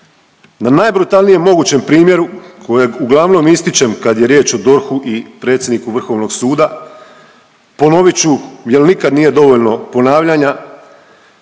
Na najbrutalnijem mogućem primjeru kojeg uglavnom ističem kad je riječ o DORH-u i predsjedniku Vrhovnog suda, ponovit ću jer nikad nije dovoljno ponavljanja.